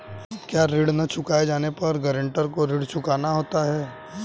क्या ऋण न चुकाए जाने पर गरेंटर को ऋण चुकाना होता है?